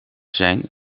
zijn